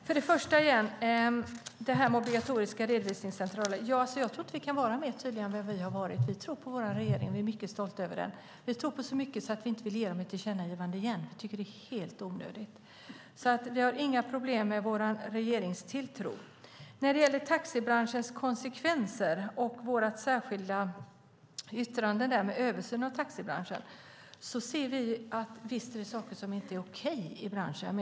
Fru talman! Jag tackar Siv Holma för klarläggandet. Angående obligatoriska redovisningscentraler tror jag inte att vi kan vara tydligare än vi har varit. Vi tror på vår regering och är mycket stolta över den. Vi tror på dem så mycket att vi inte vill göra ett tillkännagivande igen. Det är helt onödigt. Vi har inga problem med tilltron till vår regering. När det gäller konsekvenserna av taxibranschens avreglering och vårt särskilda yttrande om översyn av taxibranschen: Visst finns det saker som inte är okej i branschen.